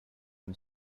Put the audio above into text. him